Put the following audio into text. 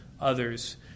others